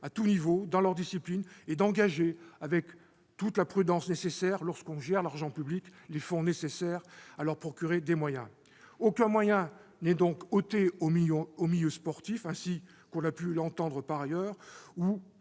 à tout niveau, dans leur discipline, et d'engager, avec toute la prudence requise lorsque l'on gère l'argent public, les fonds nécessaires pour leur donner cette possibilité. Aucun moyen n'est donc ôté au milieu sportif, comme on a pu l'entendre dire par ailleurs, ou